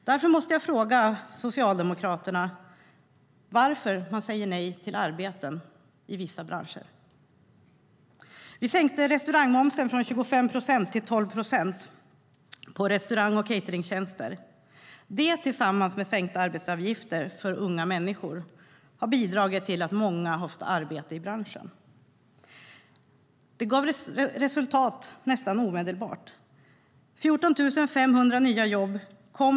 Därför måste jag fråga Socialdemokraterna varför man säger nej till arbeten i vissa branscher. Vi sänkte restaurangmomsen från 25 procent till 12 procent på restaurang och cateringtjänster. Det tillsammans med sänkta arbetsgivaravgifter för unga människor har bidragit till att många har fått arbete i branschen. Detta gav resultat nästan omedelbart.